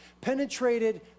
penetrated